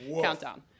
countdown